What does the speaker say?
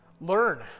learn